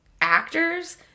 actors